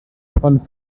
von